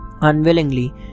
Unwillingly